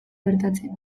gertatzen